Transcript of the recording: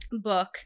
book